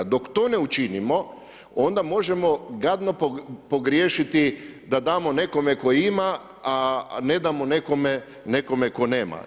Dok to ne učinimo onda možemo gadno pogriješiti da damo nekome tko ima a ne damo nekome tko nema.